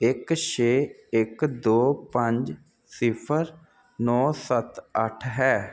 ਇੱਕ ਛੇ ਇੱਕ ਦੋ ਪੰਜ ਸਿਫਰ ਨੌ ਸੱਤ ਅੱਠ ਹੈ